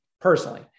personally